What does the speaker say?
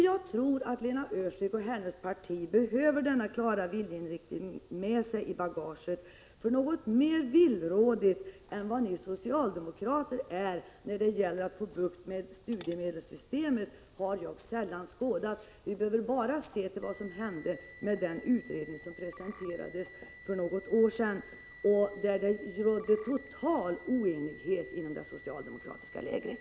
Jag tror att Lena Öhrsvik och hennes parti behöver denna klara viljeinriktning med sig i bagaget. Något mer villrådigt än socialdemokraterna när det gäller att få bukt med studiemedelssystemet har jag sällan skådat. Vi behöver bara se på vad som hände med den utredning som presenterades för något år sedan. Reaktionerna på denna utredning visade på total oenighet inom det socialdemokratiska lägret.